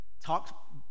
Talked